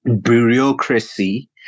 bureaucracy